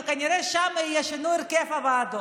וכנראה שם יהיה שינוי בהרכב הוועדות,